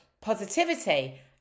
positivity